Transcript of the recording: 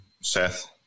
Seth